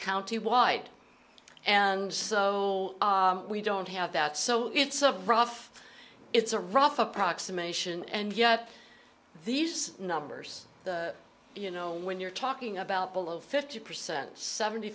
county wide and so we don't have that so it's a rough it's a rough approximation and yet these numbers you know when you're talking about below fifty percent seventy